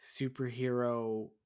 superhero